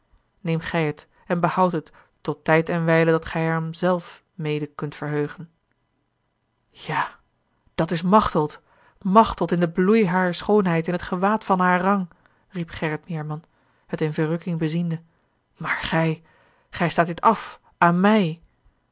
neem gij het en behoud het tot tijd en wijle dat gij er hem zelf mede kunt verheugen ja dat is machteld machteld in den bloei harer schoonheid in t gewaad van haar rang riep gerrit meerman het in verrukking beziende maar gij gij staat dit af aan mij